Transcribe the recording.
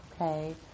okay